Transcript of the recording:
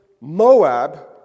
Moab